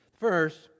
First